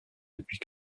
depuis